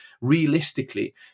realistically